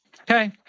Okay